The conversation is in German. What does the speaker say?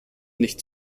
nicht